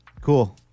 cool